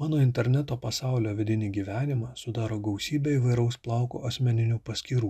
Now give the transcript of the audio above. mano interneto pasaulio vidinį gyvenimą sudaro gausybė įvairaus plauko asmeninių paskyrų